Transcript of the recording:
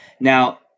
Now